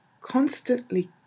constantly